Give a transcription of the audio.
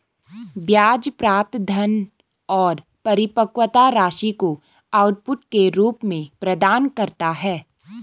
ब्याज प्राप्त धन और परिपक्वता राशि को आउटपुट के रूप में प्रदान करता है